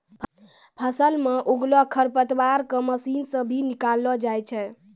फसल मे उगलो खरपतवार के मशीन से भी निकालो जाय छै